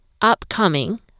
upcoming